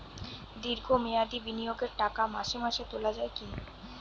দীর্ঘ মেয়াদি বিনিয়োগের টাকা মাসে মাসে তোলা যায় কি?